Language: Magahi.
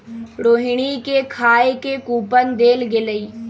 रोहिणी के खाए के कूपन देल गेलई